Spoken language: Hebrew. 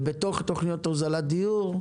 ובתוך תוכניות הוזלת דיור,